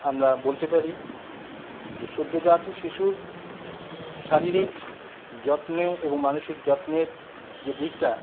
আমরা বলতে পারি যে সদ্যোজাত শিশুর শারীরিক যত্নের এবং মানসিক যত্নের যে দিকটা